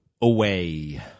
away